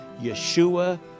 yeshua